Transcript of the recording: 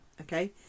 okay